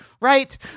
right